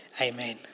Amen